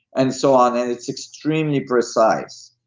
and so on it, it's extremely precise.